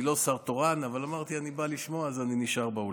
אני לא שר תורן אבל אמרתי שאני בא לשמוע אז אני נשאר באולם.